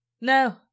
No